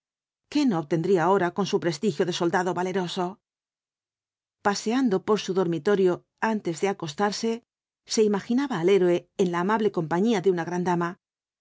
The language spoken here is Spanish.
qué no obtendría ahora con su prestigio de soldado valeroso paseando por su dormitorio antes de acostarse se imaginaba al héroe en la amable compañía de una gran dama